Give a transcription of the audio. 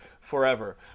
forever